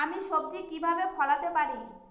আমি সবজি কিভাবে ফলাতে পারি?